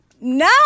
No